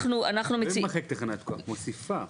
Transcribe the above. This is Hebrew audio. זה לא ימחק תחנת כוח, את מוסיפה.